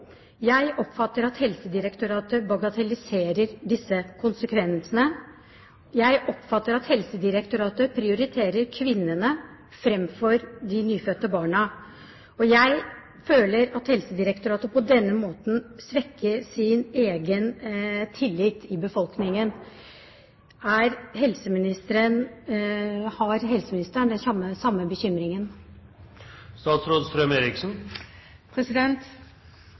Jeg oppfatter at Helsedirektoratet bagatelliserer disse konsekvensene. Jeg oppfatter at Helsedirektoratet prioriterer kvinnene framfor de nyfødte barna. Og jeg føler at Helsedirektoratet på denne måten svekker sin egen tillit i befolkningen. Har helseministeren den samme